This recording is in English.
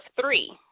three